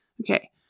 okay